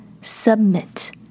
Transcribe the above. Submit